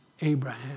Abraham